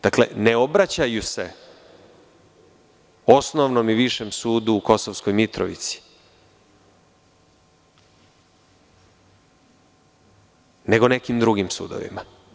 Dakle, ne obraćaju se Osnovnom i Višem sudu u Kosovskoj Mitrovici, nego nekim drugim sudovima.